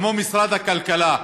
כמו משרד הכלכלה,